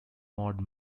maud